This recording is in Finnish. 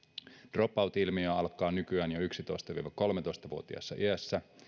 dropout ilmiö alkaa nykyään jo yksitoista viiva kolmetoista vuotiaana iässä